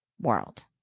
world